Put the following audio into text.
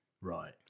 Right